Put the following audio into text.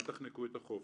אל תחנקו את החופש.